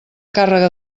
càrrega